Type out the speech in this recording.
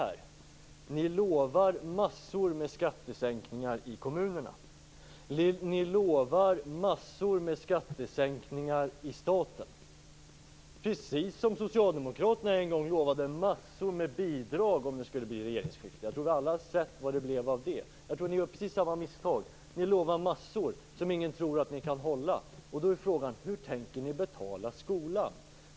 Ni lovar massor av skattesänkningar ute i kommunerna och i staten, precis som socialdemokraterna en gång lovade massor av bidrag om det blev regeringsskifte. Alla har nog sett vad det blev av det. Ni gör precis samma misstag. Ni lovar massor som ingen tror att ni kan hålla. Då är frågan: Hur tänker ni betala kostnaderna för skolan?